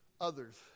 others